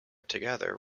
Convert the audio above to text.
together